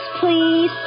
please